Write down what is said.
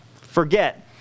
forget